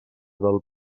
del